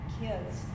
kids